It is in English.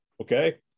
Okay